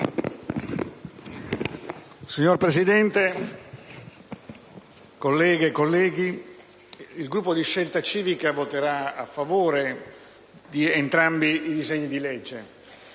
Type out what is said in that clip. Signora Presidente, colleghe e colleghi, il Gruppo di Scelta Civica voterà a favore di entrambi i disegni di legge